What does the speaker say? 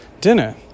dinner